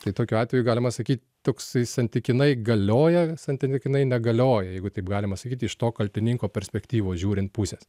tai tokiu atveju galima saky toksai santykinai galioja santynkinai negalioja jeigu taip galima sakyt iš to kaltininko perspektyvos žiūrint pusės